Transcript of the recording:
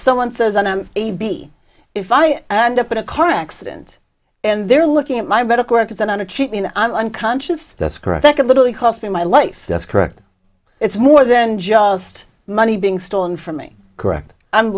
someone says i am a b if i and up in a car accident and they're looking at my medical records and on a cheap mean i'm unconscious that's correct i literally cost me my life that's correct it's more than just money being stolen from me correct i'm